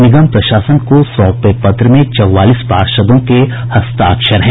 निगम प्रशासन को सौंपे पत्र में चौवालीस पार्षदों के हस्ताक्षर हैं